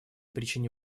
причине